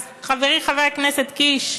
אז, חברי חבר הכנסת קיש,